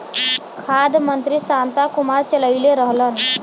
खाद्य मंत्री शांता कुमार चललइले रहलन